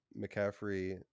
McCaffrey